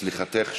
סליחתך שנייה.